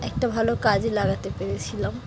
একটা ভালো কাজে লাগাতে পেরেছিলাম